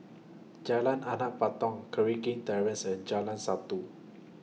Jalan Anak Patong Terrace and Jalan Satu